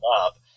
up